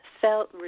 felt